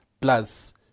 plus